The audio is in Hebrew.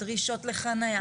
דרישות לחניה.